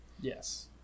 Yes